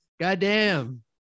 Goddamn